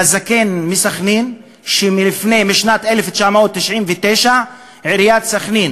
לזקן מסח'נין שמשנת 1999 עיריית סח'נין